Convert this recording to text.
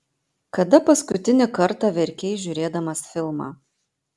kada paskutinį kartą verkei žiūrėdamas filmą